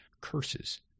curses